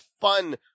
fun